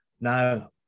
Now